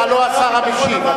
אתה לא השר המשיב.